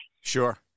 sure